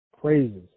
praises